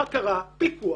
בקרה, פיקוח,